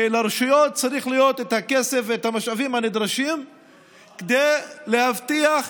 ולרשויות צריך להיות את הכסף ואת המשאבים הנדרשים כדי להבטיח,